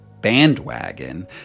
bandwagon